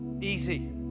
easy